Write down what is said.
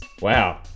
Wow